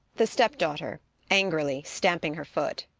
the step-daughter angrily, stamping her foot.